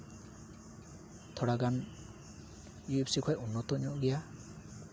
ᱛᱷᱚᱲᱟ ᱜᱟᱱ ᱤᱭᱩ ᱮᱯᱷ ᱥᱤ ᱠᱷᱚᱱ ᱩᱱᱱᱚᱛᱚ ᱧᱚᱜ ᱜᱮᱭᱟ